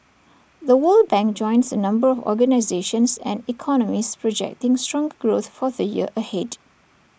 the world bank joins A number of organisations and economists projecting stronger growth for the year ahead